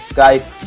Skype